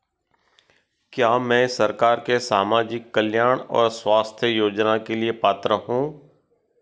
क्या मैं सरकार के सामाजिक कल्याण और स्वास्थ्य योजना के लिए पात्र हूं?